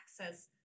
access